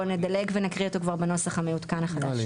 או נדלג ונקריא אותו כבר בנוסח המעודכן החדש.?